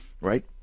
Right